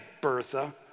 Bertha